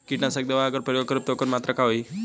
कीटनाशक दवा अगर प्रयोग करब त ओकर मात्रा का होई?